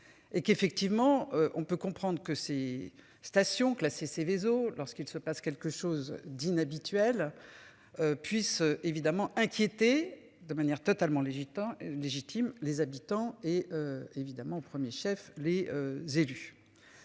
Et qu'effectivement on peut comprendre que ces stations classées Seveso lorsqu'il se passe quelque chose d'inhabituel. Puisse évidemment inquiétés de manière totalement les gitans légitime les habitants et. Évidemment au 1er chef les élus.